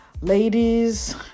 ladies